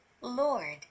Lord